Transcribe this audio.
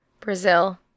Brazil